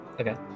Okay